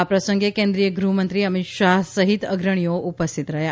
આ પ્રસંગે કેન્દ્રીય ગૃહમંત્રી અમિત શાહ સહિત અગ્રણીઓ ઉપસ્થિત રહ્યા